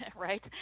Right